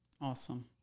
Awesome